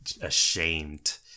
ashamed